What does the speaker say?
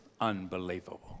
unbelievable